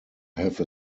have